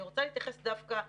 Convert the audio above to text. אני רוצה להתייחס דווקא לפנימיות.